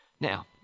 Now